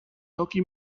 toki